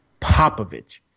Popovich